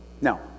Now